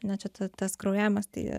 ne čia ta tas kraujavimas tai